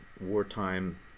wartime